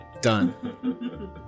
Done